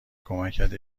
کمکت